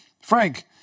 Frank